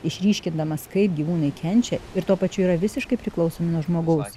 išryškindamas kaip gyvūnai kenčia ir tuo pačiu yra visiškai priklausomi nuo žmogaus